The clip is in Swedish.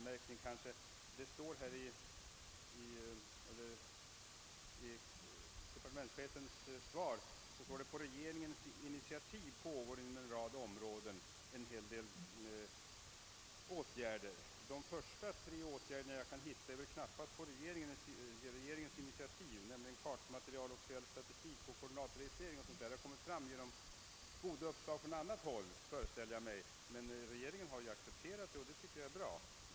De första tre åtgärderna som redovisas har knappast vidtagits på regeringens initiativ; åtgärderna för att åstadkomma ett bättre kartmaterial, att utveckla den officiella statistiken och att införa en koordinatregistrering av fastighetsbeståndet har väl vidtagits på grundval av goda uppslag från annat håll. Men regeringen har accepterat detta, och det tycker jag är bra.